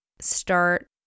start